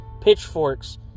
pitchforks